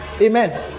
Amen